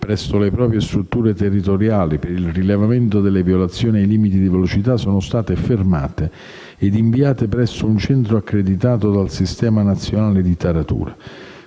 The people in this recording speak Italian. presso le proprie strutture territoriali per il rilevamento delle violazioni ai limiti di velocità sono state fermate e inviate presso un centro accreditato dal Sistema nazionale di taratura.